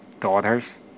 daughters